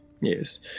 yes